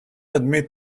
admit